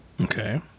Okay